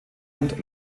hand